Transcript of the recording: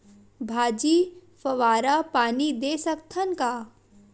भाजी फवारा पानी दे सकथन का?